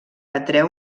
atreu